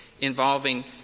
involving